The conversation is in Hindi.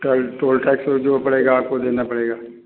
टौल टोल टैक्स मे जो पड़ेगा आपको देना पड़ेगा